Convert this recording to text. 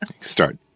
Start